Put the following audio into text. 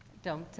don't,